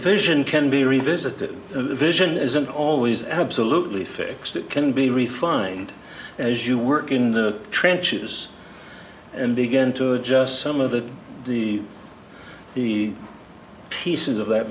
vision can be revisited the vision isn't always absolutely fixed it can be refined as you work in the trenches and begin to adjust some of the the the pieces of that